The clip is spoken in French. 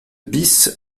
bis